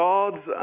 God's